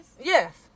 Yes